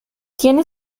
tiene